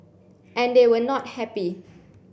and they were not happy